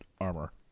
armor